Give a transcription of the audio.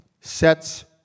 Sets